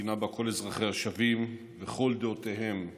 מדינה שבה כל אזרחי שווים וכל דעותיהם ראויות,